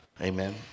amen